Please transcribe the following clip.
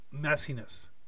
Messiness